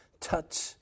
touch